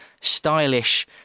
stylish